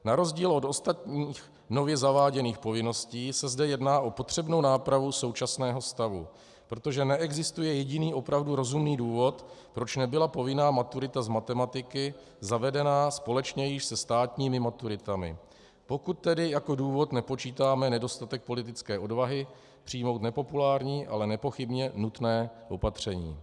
Na rozdíl od ostatních nově zaváděných povinností se zde jedná o potřebnou nápravu současného stavu, protože neexistuje jediný opravdu rozumný důvod, proč nebyla povinná maturita z matematiky zavedena společně již se státními maturitami, pokud tedy jako důvod nepočítáme nedostatek politické odvahy přijmout nepopulární, ale nepochybně nutné opatření.